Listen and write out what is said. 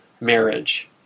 marriage